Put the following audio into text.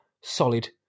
solid